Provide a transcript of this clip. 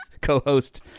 co-host